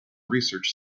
research